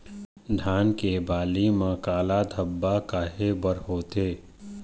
धान के बाली म काला धब्बा काहे बर होवथे?